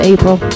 April